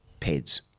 PEDS